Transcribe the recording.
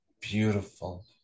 beautiful